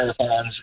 marathons